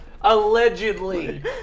Allegedly